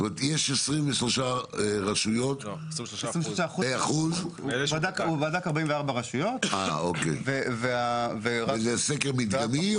הוא בדק 44 רשויות --- זה סקר מדגמי,